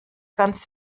ganz